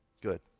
Good